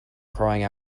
crying